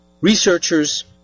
Researchers